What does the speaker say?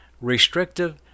restrictive